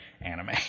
anime